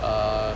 err